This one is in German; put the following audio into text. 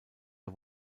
der